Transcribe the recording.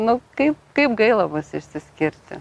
nu kai kaip gaila bus išsiskirti